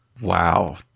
Wow